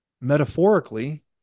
metaphorically